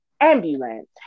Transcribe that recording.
ambulance